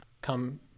come